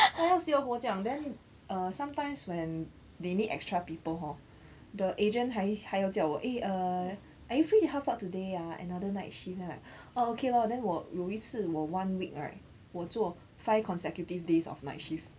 ya 要死要活这样 then uh sometimes when they need extra people hor the agent 还还要叫我 eh err are you free to help out today ah another night shift then I'm like orh okay lor then 我有一次我 one week right 我做 five consecutive days of night shift